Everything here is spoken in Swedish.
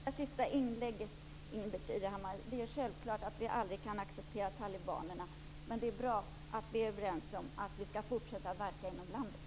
Fru talman! Jag är glad över Ingbritt Irhammars sista inlägg. Det är självklart att vi inte kan acceptera talibanerna, men det är bra att vi är överens om att vi skall fortsätta att verka inom Afghanistan.